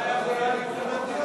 עוד יום שלם.